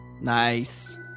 Nice